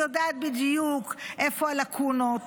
היא יודעת בדיוק איפה הלקונות,